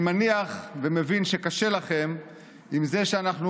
אני מניח ומבין שקשה לכם עם זה שאנחנו